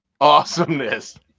awesomeness